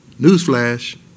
Newsflash